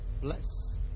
Bless